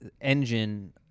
engine